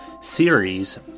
series